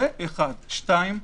שתיים,